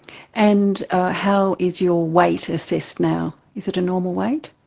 and how is your weight assessed now? is it a normal weight?